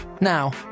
Now